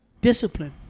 Discipline